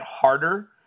harder